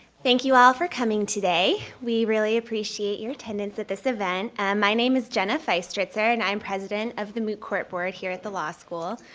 thank you all for coming today. we really appreciate your attendance at this event and my name is jenna feist ritzer and i'm president of the moot court board here at the law school.